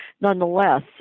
Nonetheless